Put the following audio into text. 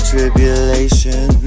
Tribulation